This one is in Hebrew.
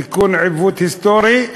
תיקון עיוות היסטורי,